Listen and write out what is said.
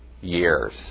years